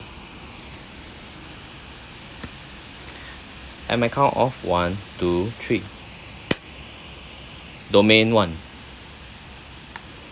at my count of one to three domain one